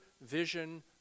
vision